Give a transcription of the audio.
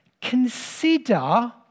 consider